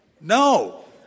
No